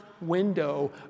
window